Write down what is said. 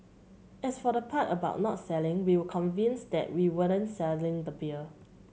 as for the part about not selling we were convinced that we weren't selling the beer